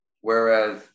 Whereas